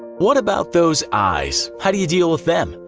what about those i's, how do you deal with them?